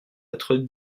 être